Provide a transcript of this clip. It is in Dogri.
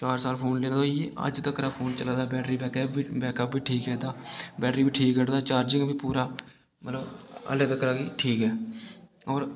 चार साल फोन लेदे होई गे अज्ज तगर फोन चला दा बैटरी बैकअप बैकअप बी ठीक ऐ एह्दा बैटरी बी ठीक कड्ढदा चार्जिंग बी पूरा मतलब अल्ले तकरा कि ठीक ऐ होर